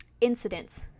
incidents